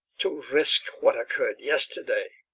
to risk what occurred yesterday,